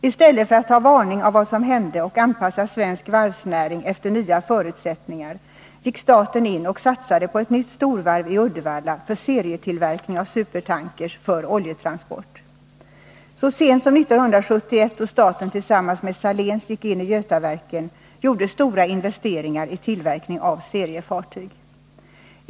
I stället för att ta varning av vad som hände och anpassa svensk varvsnäring efter nya förutsättningar gick staten in och satsade på ett nytt storvarv i Uddevalla för serietillverkning av supertankers för oljetransport. Så sent som 1971, då staten tillsammans med Saléns gick in i Götaverken, gjordes stora investeringar i tillverkning av seriefartyg.